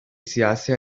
siyasi